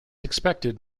expected